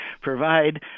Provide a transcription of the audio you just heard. provide